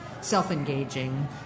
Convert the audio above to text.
self-engaging